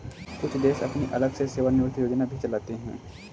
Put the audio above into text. कुछ देश अपनी अलग से सेवानिवृत्त योजना भी चलाते हैं